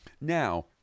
Now